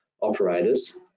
operators